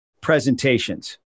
presentations